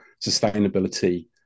sustainability